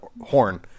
horn